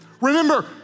Remember